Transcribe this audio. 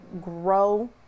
grow